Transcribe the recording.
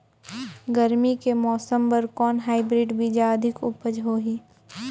गरमी के मौसम बर कौन हाईब्रिड बीजा अधिक उपज होही?